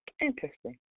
interesting